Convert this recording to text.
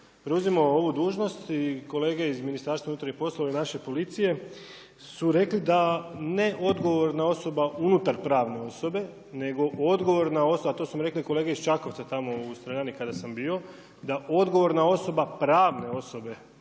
preuzimao ovu dužnost i kolege iz Ministarstva unutarnjih poslova i naše policije su rekli da neodgovorna osoba unutar pravne osobe, nego odgovorna osoba, a to su mi rekli kolege iz Čakovca tamo u streljani kada sam bio, da odgovorna osoba pravne osobe